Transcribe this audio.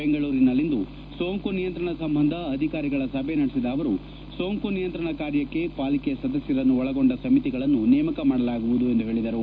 ಬೆಂಗಳೂರಿನಲ್ಲಿಂದು ಸೋಂಕು ನಿಯಂತ್ರಣ ಸಂಬಂಧ ಅಧಿಕಾರಿಗಳ ಸಭೆ ನಡೆಸಿದ ಅವರು ಸೋಂಕು ನಿಯಂತ್ರಣ ಕಾರ್ಯಕ್ಕೆ ಪಾಲಿಕೆ ಸದಸ್ಯರನ್ನು ಒಳಗೊಂಡ ಸಮಿತಿಗಳನ್ನು ನೇಮಕ ಮಾಡಲಾಗುವುದು ಎಂದು ಹೇಳಿದರು